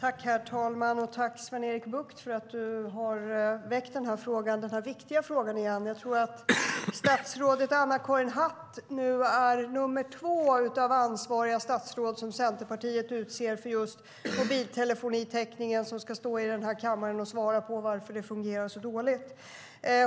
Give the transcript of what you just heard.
Herr talman! Tack, Sven-Erik Bucht, för att du har väckt denna viktiga fråga! Jag tror att statsrådet Anna-Karin Hatt nu är nummer två av ansvariga statsråd som Centerpartiet utser för just mobiltelefonitäckningen som ska stå i den här kammaren och svara på varför det fungerar så dåligt.